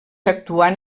actuant